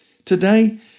Today